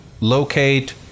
locate